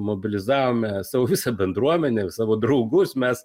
mobilizavome savo visą bendruomenę savo draugus mes